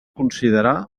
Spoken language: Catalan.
considerar